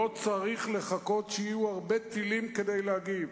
לא צריך לחכות שיהיו הרבה טילים כדי להגיב.